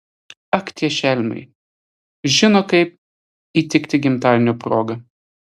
ak tie šelmiai žino kaip įtikti gimtadienio proga